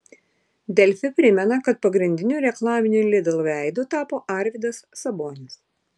delfi primena kad pagrindiniu reklaminiu lidl veidu tapo arvydas sabonis